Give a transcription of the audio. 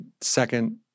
second